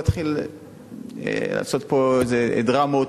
להתחיל לעשות פה איזה דרמות.